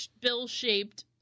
bill-shaped